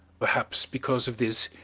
perhaps because of this,